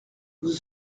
vous